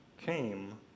came